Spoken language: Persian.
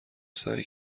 سعی